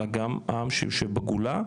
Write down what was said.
אלא גם עם שיושב בגולה,